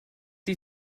you